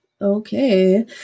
Okay